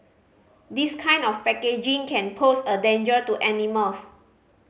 this kind of packaging can pose a danger to animals